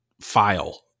file